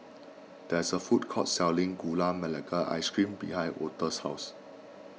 there is a food court selling Gula Melaka Ice Cream behind Altha's house